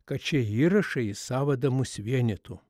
kad šie įrašai į sąvadą mus vienytų